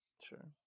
Sure